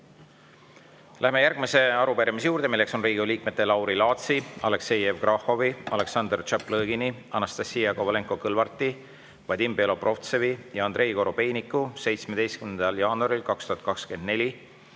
Läheme järgmise arupärimise juurde, milleks on Riigikogu liikmete Lauri Laatsi, Aleksei Jevgrafovi, Aleksandr Tšaplõgini, Anastassia Kovalenko-Kõlvarti, Vadim Belobrovtsevi ja Andrei Korobeiniku 17. jaanuaril 2024